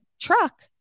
truck